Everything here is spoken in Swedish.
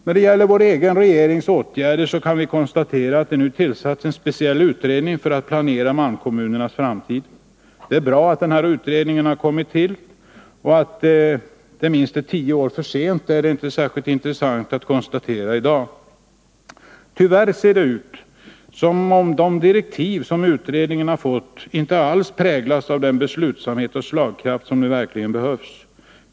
När det gäller vår egen regerings åtgärder kan vi konstatera att det nu tillsatts en speciell utredning för att planera malmkommunernas framtid. Det är bra att denna utredning har kommit till. Att det är minst tio år för sent är det inte särskilt intressant att konstatera i dag. Tyvärr ser det ut som om de direktiv som utredningen fått inte alls präglas av den beslutsamhet och slagkraft som nu verkligen behövs.